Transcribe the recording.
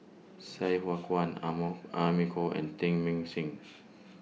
Sai Hua Kuan Amy Khor and Teng Mah Seng